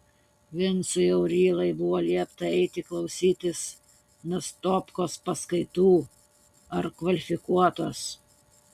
vincui aurylai buvo liepta eiti klausytis nastopkos paskaitų ar kvalifikuotos